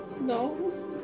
No